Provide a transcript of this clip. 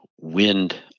wind